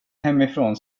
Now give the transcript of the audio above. hemifrån